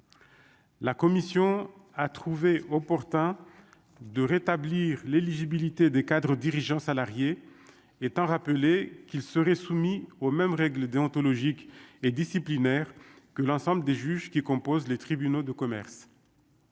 La commission a trouvé opportun de rétablir l'éligibilité des cadres dirigeants salariés étant rappelé qu'ils seraient soumis aux mêmes règles déontologiques et disciplinaires, que l'ensemble des juges qui composent les tribunaux de commerce,